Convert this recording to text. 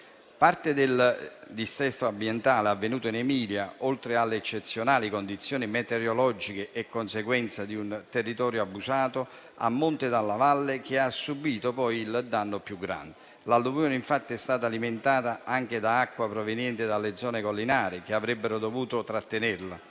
Parte del dissesto ambientale avvenuto in Emilia, oltre alle eccezionali condizioni meteorologiche, è conseguenza di un territorio abusato a monte e a valle, che ha subito poi il danno più grande. L'alluvione infatti è stata alimentata anche da acqua proveniente dalle zone collinari, che avrebbero dovuto trattenerla.